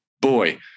Boy